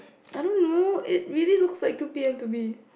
I don't know it really looks like two P_M to me